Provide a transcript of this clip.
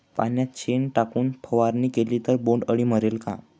पाण्यात शेण टाकून फवारणी केली तर बोंडअळी मरेल का?